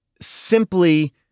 simply